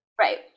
Right